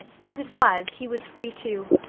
as it was, he was free to,